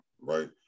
right